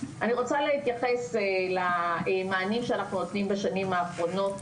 אני רוצה להתייחס למענים שאנחנו נותנים בשנים האחרונות,